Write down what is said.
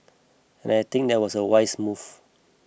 and I think that was a wise move